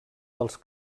dels